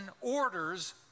orders